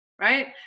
right